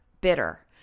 bitter